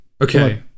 okay